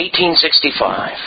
1865